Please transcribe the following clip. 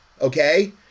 Okay